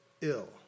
ill